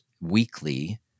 weekly